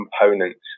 components